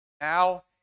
Now